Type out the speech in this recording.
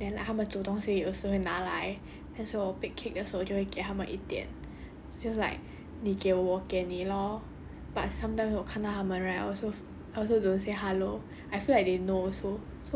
then like 他们煮东西有时候会拿来 and so 我 bake cake 的时候会给他们一点 it's just like 你给我我给你 lor but sometimes 我看到他们 right I also I also don't say hello I feel like they know also